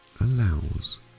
allows